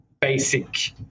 basic